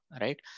right